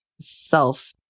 self-